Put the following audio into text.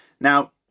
Now